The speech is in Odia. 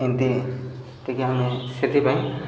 ଏମିତି ଟିକେ ଆମେ ସେଥିପାଇଁ